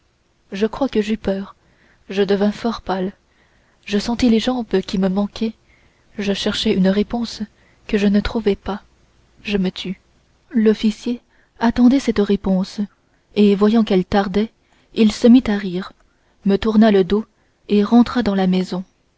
je crois que j'eus peur je devins fort pâle je sentis les jambes qui me manquaient je cherchai une réponse que je ne trouvai pas je me tus l'officier attendait cette réponse et voyant qu'elle tardait il se mit à rire me tourna le dos et rentra dans la maison